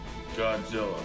Godzilla